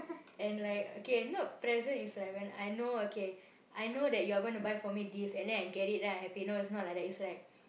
and like okay you know present is like when I know okay I know that you are gonna buy for me this and then I get it then I happy no it's not like that it's like